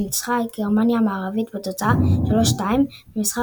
שניצחה את גרמניה המערבית בתוצאה 32 במשחק